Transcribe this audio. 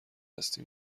هستی